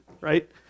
right